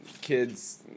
kids